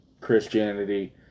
Christianity